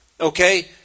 Okay